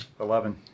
Eleven